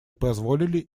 позволили